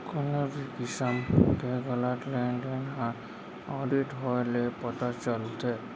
कोनो भी किसम के गलत लेन देन ह आडिट होए ले पता चलथे